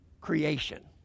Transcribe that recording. creation